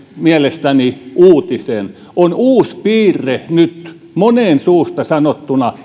mielestäni uutisen on uusi piirre nyt monen suusta sanottuna